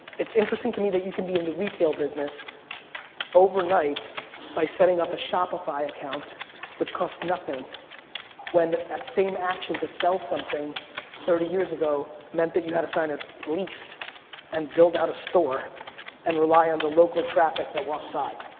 it's interesting to me that you can be in the retail business overnight by setting up a shopify account which costs nothing when that same action to sell something thirty years ago meant that you have to sign a lease and build out a store and rely on the local traffic that walk by.